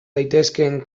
daitezkeen